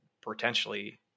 potentially